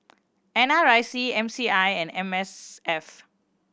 N R I C M C I and M S F